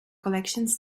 collections